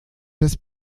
des